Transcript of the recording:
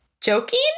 joking